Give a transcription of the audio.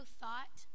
thought